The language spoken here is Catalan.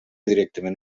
directament